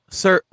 sir